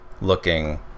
looking